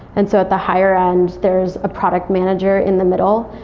and so at the higher end, there's a product manager in the middle,